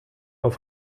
auf